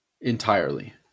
entirely